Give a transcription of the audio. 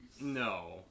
No